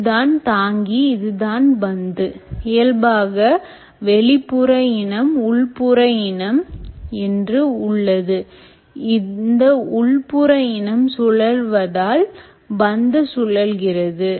இதுதான் தாங்கி இதுதான் பந்து இயல்பாக வெளிப்புற இனம் உள்புற இனம் என்று உள்ளது இந்த உள்புற இனம் சுழல்வதால் பந்து சுழல்கிறது